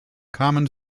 common